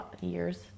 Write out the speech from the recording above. Years